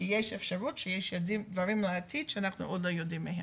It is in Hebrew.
כי יש אפשרות שיש דברים לעתיד שאנחנו לא יודעים מהם.